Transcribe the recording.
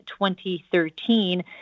2013